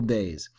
days